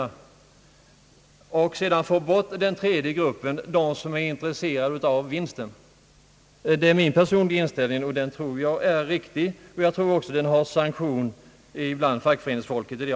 Därmed skulle den tredje gruppen uteslutas, nämligen de som är intresserade av vinsten. Detta är min personliga inställning, som jag också tror är riktig, och den har såvitt jag förstår sanktion även hos fackföreningsfolket.